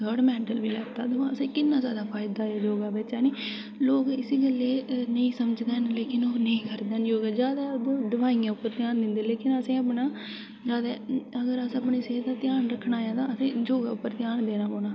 third medal बी लैता ओह्दे नै असें ई कि'न्ना जादा फायदा होया योगा बिच ऐनी लोग इसी गल्लै ई नेईं समझदे लेकिन ओह् नेईं करदे न योगा ओह् दवाइयें उप्पर ध्यान दिंदे लेकिन असें अपना ते अगर असें अपनी सेह्त दा ध्यान रखना ऐ ते असें योगा उप्पर ध्यान देना पौना ऐ